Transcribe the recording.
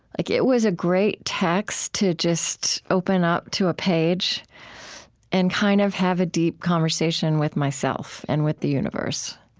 like it was a great text to just open up to a page and kind of have a deep conversation with myself and with the universe.